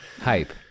hype